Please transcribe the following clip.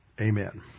Amen